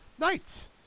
nights